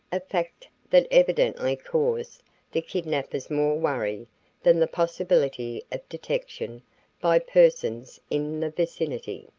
a fact that evidently caused the kidnappers more worry than the possibility of detection by persons in the vicinity,